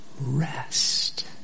rest